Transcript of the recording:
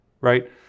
right